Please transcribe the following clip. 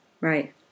right